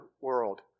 world